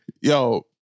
Yo